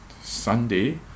Sunday